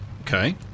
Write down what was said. Okay